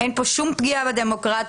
אין פה שום פגיעה בדמוקרטיה,